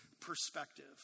perspective